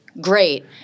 great